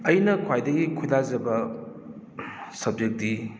ꯑꯩꯅ ꯈ꯭ꯋꯥꯏꯗꯒꯤ ꯈꯣꯏꯗꯥꯖꯕ ꯁꯕꯖꯦꯛꯇꯤ